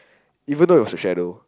even though it was a shadow